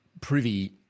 privy